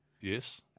Yes